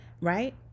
right